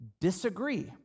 Disagree